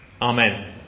Amen